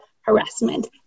harassment